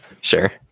sure